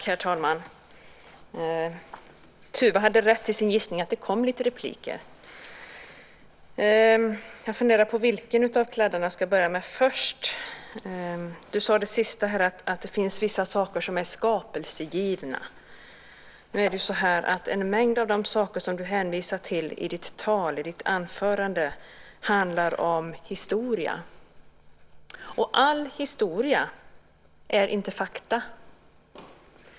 Herr talman! Tuve Skånberg hade rätt i sin gissning att det blev lite repliker. Jag funderar på vad jag ska börja med. Tuve Skånberg sade att det finns vissa saker som är skapelsegivna. En mängd av de saker som han hänvisar till i sitt anförande handlar om historia. Och all historia är inte fakta.